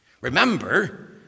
Remember